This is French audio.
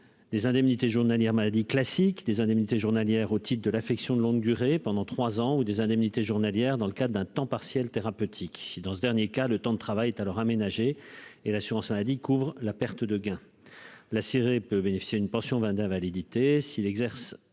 Les indemnités journalières maladie classique des indemnités journalières au titre de l'affection de longue durée pendant 3 ans, ou des indemnités journalières, dans le cas d'un temps partiel thérapeutique dans ce dernier cas, le temps de travail à leur aménager et l'assurance maladie couvre la perte de gain, la Syrie peut bénéficier d'une pension d'invalidité s'il exerce